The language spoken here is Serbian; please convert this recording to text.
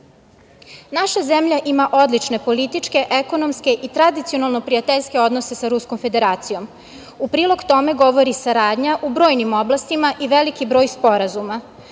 zemlja ima odlične političke, ekonomske i tradicionalno prijateljske odnose sa Ruskom Federacijom. U prilog tome govori saradnja u brojnim oblastima i veliki broj sporazuma.